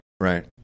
right